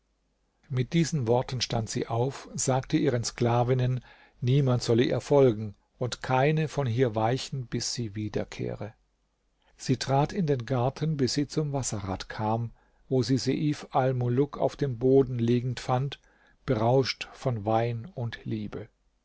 mit diesen worten stand sie auf sagte ihren sklavinnen niemand solle ihr folgen und keine von hier weichen bis sie wiederkehre sie trat in den garten bis sie zum wasserrad kam wo sie seif almuluk auf dem boden liegend fand berauscht von wein und liebe